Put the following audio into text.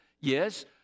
Yes